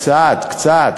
קצת, קצת,